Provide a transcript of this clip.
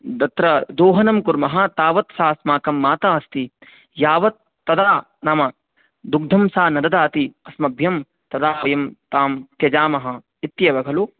तत्र दोहनं कुर्मः तावत् सा अस्माकं माता अस्ति यावत् तदा नाम दुग्धं सा न ददाति अस्मभ्यं तदा वयं तां त्यजामः इत्येव खलु